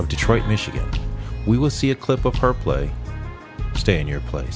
of detroit michigan we will see a clip of her play stay in your place